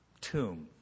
tomb